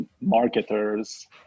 marketers